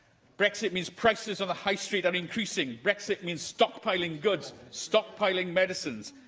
brexit means prices on the high street are increasing. brexit means stockpiling goods, stockpiling medicines.